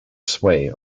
sway